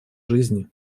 жизни